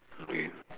okay